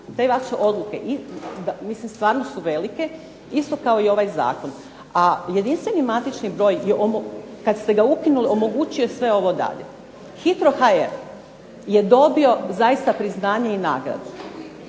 te vaše odluke i mislim stvarno su velike, isto kao i ovaj zakon, a jedinstveni matični broj, kad ste ga ukinuli omogućio je sve ovo dalje. Hitro.hr je dobio zaista priznanje i nagradu.